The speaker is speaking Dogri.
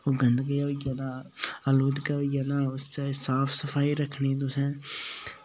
ओह् गंद जेहा होई जाना अलग होई जाना उत्थै साफ सफाई रक्खनी तुसें